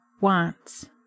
wants